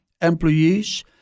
employees